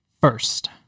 first